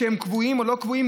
שהם קבועים או לא קבועים,